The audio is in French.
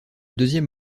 deuxième